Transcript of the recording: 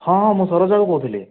ହଁ ହଁ ମୁଁ ସରୋଜ ବାବୁ କହୁଥିଲି